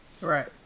Right